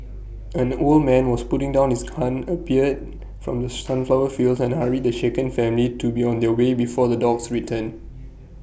an old man who was putting down his gun appeared from the sunflower fields and hurried the shaken family to be on their way before the dogs return